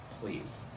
please